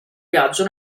viaggio